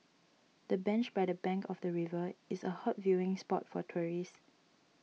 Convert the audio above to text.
the bench by the bank of the river is a hot viewing spot for tourists